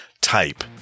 type